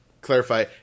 clarify